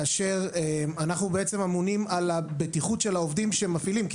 כאשר אנחנו בעצם אמונים על הבטיחות של העובדים שמפעילים כי